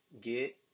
get